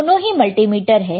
दोनों ही मल्टीमीटर है